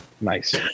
Nice